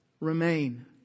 Remain